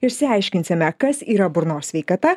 išsiaiškinsime kas yra burnos sveikata